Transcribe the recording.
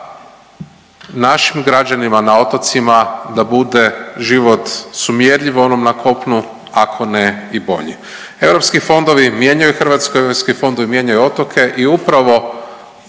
našim građanima na otocima da bude život sumjerljiv onom na kopnu ako ne i bolji. Europski fondovi mijenjaju …/Govornik se ne razumije./… fondovi mijenjaju otoke i upravo